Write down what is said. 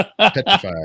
petrified